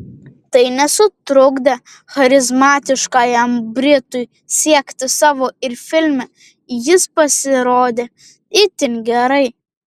tai nesutrukdė charizmatiškajam britui siekti savo ir filme jis pasirodė itin gerai